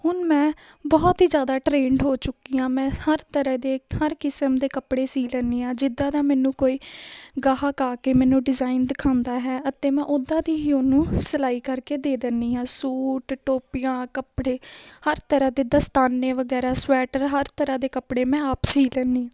ਹੁਣ ਮੈਂ ਬਹੁਤ ਹੀ ਜ਼ਿਆਦਾ ਟ੍ਰੇਨਡ ਹੋ ਚੁੱਕੀ ਹਾਂ ਮੈਂ ਹਰ ਤਰ੍ਹਾਂ ਦੇ ਹਰ ਕਿਸਮ ਦੇ ਕੱਪੜੇ ਸਿਉਂ ਲੈਦੀ ਹਾਂ ਜਿੱਦਾਂ ਦਾ ਮੈਨੂੰ ਕੋਈ ਗਾਹਕ ਆ ਕੇ ਮੈਨੂੰ ਡਿਜ਼ਾਇਨ ਦਿਖਾਉਂਦਾ ਹੈ ਅਤੇ ਮੈਂ ਉੱਦਾਂ ਦੀ ਹੀ ਉਹਨੂੰ ਸਿਲਾਈ ਕਰਕੇ ਦੇ ਦਿੰਦੀ ਹਾਂ ਸੂਟ ਟੋਪੀਆਂ ਕੱਪੜੇ ਹਰ ਤਰ੍ਹਾਂ ਦੇ ਦਸਤਾਨੇ ਵਗੈਰਾ ਸਵੈਟਰ ਹਰ ਤਰ੍ਹਾਂ ਦੇ ਕੱਪੜੇ ਮੈਂ ਆਪ ਸਿਉਂ ਲੈਂਦੀ